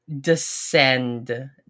descend